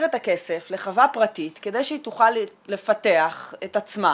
את הכסף לחווה פרטית כדי שהיא תוכל לפתח את עצמה